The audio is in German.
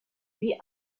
wie